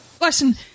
Listen